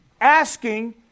asking